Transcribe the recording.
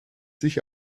sich